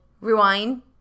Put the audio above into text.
Rewind